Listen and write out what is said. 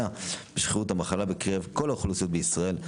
בשכיחות המחלה בקרב כל האוכלוסיות בישראל,